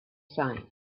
sight